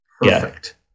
Perfect